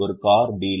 ஒரு car dealer